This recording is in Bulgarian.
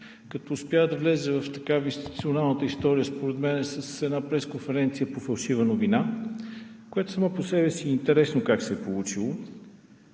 мен успя да влезе в институционалната история с една пресконференция по фалшива новина, което само по себе си е интересно как се е получило.